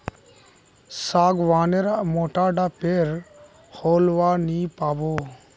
सागवान नेर मोटा डा पेर होलवा नी पाबो